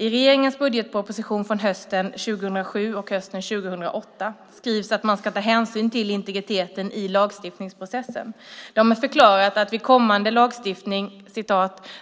I regeringens budgetpropositioner från hösten 2007 och hösten 2008 skrivs att man ska ta hänsyn till integriteten i lagstiftningsprocessen. De har förklarat att vid kommande lagstiftning